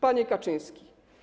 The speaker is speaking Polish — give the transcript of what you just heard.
Panie Kaczyński!